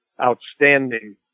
outstanding